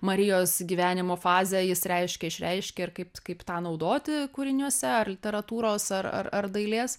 marijos gyvenimo fazę jis reiškia išreiškia ir kaip kaip tą naudoti kūriniuose ar literatūros ar ar ar dailės